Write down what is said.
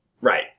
Right